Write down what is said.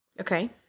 Okay